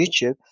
YouTube